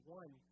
one